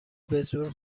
بازور